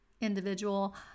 individual